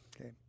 Okay